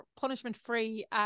punishment-free